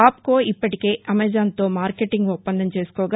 ఆప్కో ఇప్పటికే అమెజాన్తో మార్కెటింగ్ ఒప్పందం చేసుకోగా